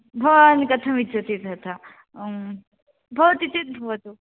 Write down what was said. भवान् कथमिच्छति तथा भवति चेत् भवतु